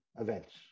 events